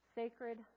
sacred